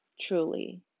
Truly